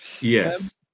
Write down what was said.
Yes